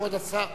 כבוד השר